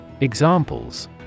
Examples